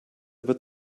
wird